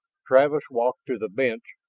travis walked to the bench.